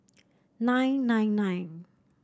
nine nine nine